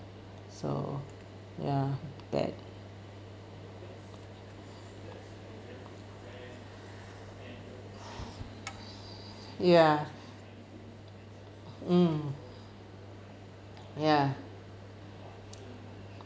so ya that ya mm ya